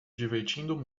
divertindo